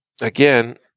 again